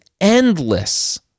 endless